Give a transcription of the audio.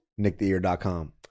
NickTheEar.com